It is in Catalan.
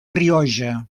rioja